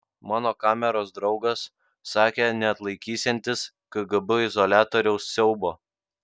mano kameros draugas sakė neatlaikysiantis kgb izoliatoriaus siaubo